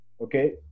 okay